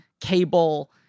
cable